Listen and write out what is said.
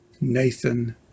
Nathan